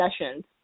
sessions